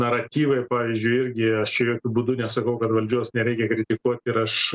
naratyvai pavyzdžiui irgi aš čia jokiu būdu nesakau kad valdžios nereikia kritikuot ir aš